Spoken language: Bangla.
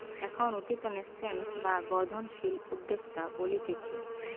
এখন উঠতি ন্যাসেন্ট বা বর্ধনশীল উদ্যোক্তা বলতিছে